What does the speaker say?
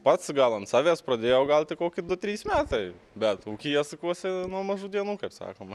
pats gal ant savęs pradėjau gal tik koki du trys metai bet ūkyje sukuosi nuo mažų dienų kaip sakoma